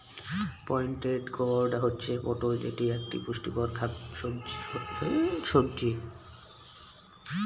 pointed gourd হচ্ছে পটল যেটি এক পুষ্টিকর সবজি